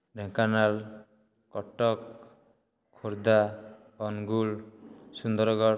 Dhenkanal Cuttack Khordha Angul Sundargarh